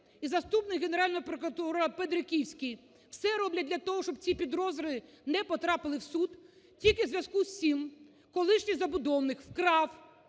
і заступник Генерального прокурора Бедриківський все роблять для того, щоб ці підозри не потрапили в суд, тільки у зв'язку з цим колишній забудовник вкрав,